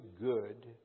good